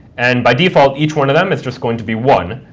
and by default, each one of them is just going to be one,